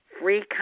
free